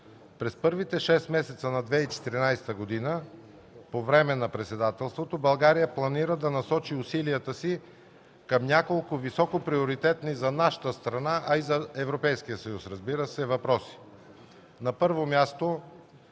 през първите шест месеца на 2014 г. по време на председателството, България планира да насочи усилията си към няколко високоприоритетни за нашата страна, а и за Европейския съюз, разбира се, въпроси.